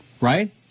Right